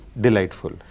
delightful